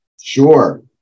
Sure